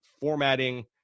formatting